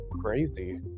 crazy